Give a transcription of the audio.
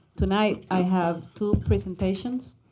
tonight i have two presentations.